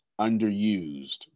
underused